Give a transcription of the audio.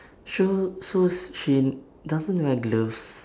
so so she doesn't wear gloves